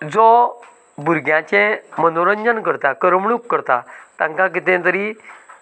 जो भुरग्यांचे मनोरंजन करता करमणूक करता तांकां कितें तरी